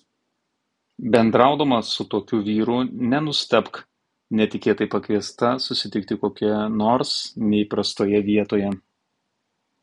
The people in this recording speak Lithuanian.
bendraudama su tokiu vyru nenustebk netikėtai pakviesta susitikti kokioje nors neįprastoje vietoje